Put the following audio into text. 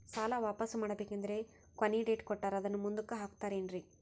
ಸಾಲ ವಾಪಾಸ್ಸು ಮಾಡಬೇಕಂದರೆ ಕೊನಿ ಡೇಟ್ ಕೊಟ್ಟಾರ ಅದನ್ನು ಮುಂದುಕ್ಕ ಹಾಕುತ್ತಾರೇನ್ರಿ?